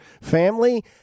family